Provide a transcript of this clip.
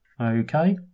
Okay